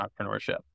entrepreneurship